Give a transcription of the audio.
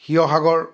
Sivasagar